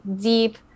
deep